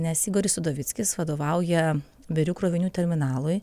nes igoris udovickis vadovauja birių krovinių terminalui